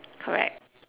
correct